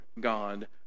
God